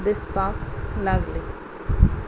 दिसपाक लागली